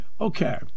Okay